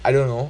I don't know